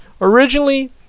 Originally